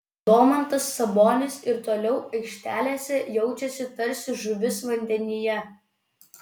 domantas sabonis ir toliau aikštelėse jaučiasi tarsi žuvis vandenyje